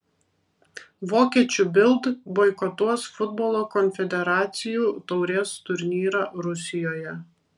vokiečių bild boikotuos futbolo konfederacijų taurės turnyrą rusijoje